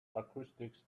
acoustics